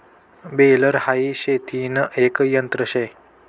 baler हाई शेतीन एक यंत्र शे